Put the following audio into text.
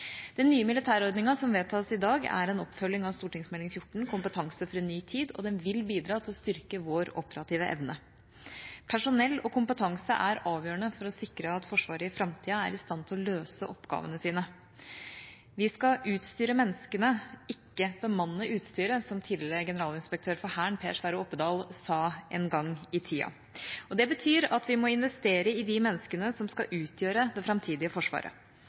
Den nye militærordningen som vedtas i dag, er en oppfølging av Meld. St. 14 for 2012–2013, Kompetanse for en ny tid, og den vil bidra til å styrke vår operative evne. Personell og kompetanse er avgjørende for å sikre at Forsvaret i framtida er i stand til å løse oppgavene sine. «Vi skal utstyre menneskene, ikke bemanne utstyret», som tidligere generalinspektør for Hæren, Per Sverre Opedal, sa en gang i tida. Det betyr at vi må investere i de menneskene som skal utgjøre det framtidige Forsvaret.